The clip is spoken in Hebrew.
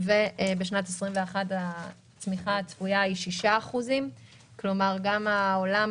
ובשנת 2021 הצמיחה הצפויה היא 6%. כלומר גם העולם,